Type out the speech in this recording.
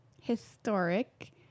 Historic